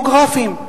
דמוגרפיים.